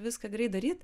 viską greit daryt